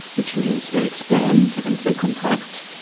which means they expand and they contract,